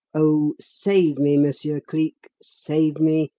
oh, save me, monsieur cleek save me!